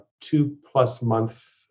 two-plus-month